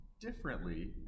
differently